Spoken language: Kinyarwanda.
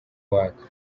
uwaka